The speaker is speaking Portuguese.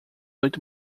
oito